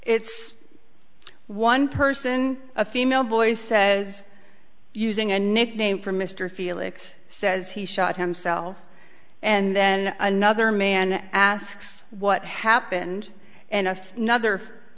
it's one person a female voice says using a nickname for mr felix says he shot himself and then another man asks what happened and a nother